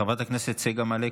חברת הכנסת צגה מלקו,